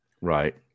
Right